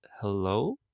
hello